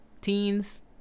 teens